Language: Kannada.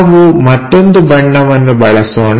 ನಾವು ಮತ್ತೊಂದು ಬಣ್ಣವನ್ನು ಬಳಸೋಣ